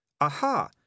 Aha